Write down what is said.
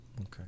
Okay